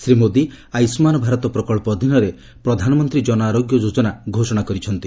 ଶ୍ରୀ ମୋଦି ଆୟୁଷ୍ମାନ ଭାରତ ପ୍ରକଳ୍ପ ଅଧୀନରେ ପ୍ରଧାନମନ୍ତ୍ରୀ ଜନ ଆରୋଗ୍ୟ ଯୋଜନା ଘୋଷଣା କରିଛନ୍ତି